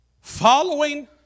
Following